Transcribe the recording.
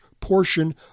portion